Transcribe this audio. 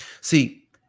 See